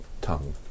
tongue